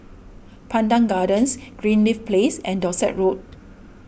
Pandan Gardens Greenleaf Place and Dorset Road